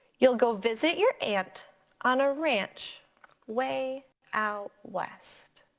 you'll go visit your aunt on a ranch way out west.